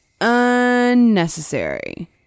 unnecessary